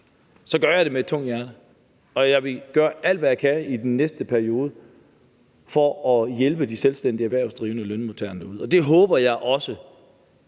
gør jeg det med et tungt hjerte, og jeg vil gøre alt, hvad jeg kan, i den næste periode for at hjælpe de selvstændigt erhvervsdrivende og lønmodtagerne derude, og det håber jeg også